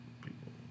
people